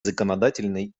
законодательной